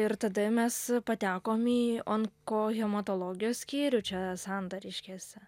ir tada mes patekom į onkohematologijos skyrių čia santariškėse